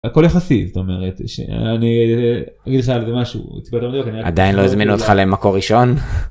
הכל יחסי זאת אומרת שאני אגיד לך על זה משהו, עדיין לא הזמינו אותך למקור ראשון?